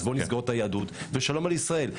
אז בוא נסגור את היהדות ושלום על ישראל.